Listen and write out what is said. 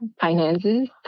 finances